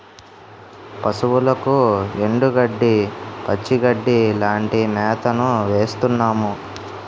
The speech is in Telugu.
పశువులకు ఎండుగడ్డి, పచ్చిగడ్డీ లాంటి మేతను వేస్తున్నాము